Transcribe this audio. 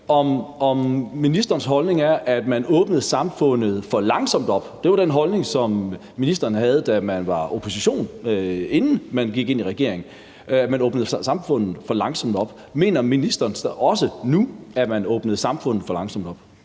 ministerens holdning er, at man åbnede samfundet for langsomt op. Det var den holdning, som ministeren havde, da man var i opposition, og inden man gik i regering, altså at man åbnede samfundet for langsomt op. Mener ministeren så også nu, at man åbnede samfundet for langsomt op?